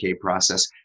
process